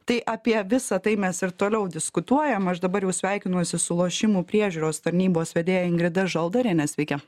tai apie visa tai mes ir toliau diskutuojam aš dabar jau sveikinuosi su lošimų priežiūros tarnybos vedėja ingrida žaldarienė sveiki